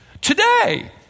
Today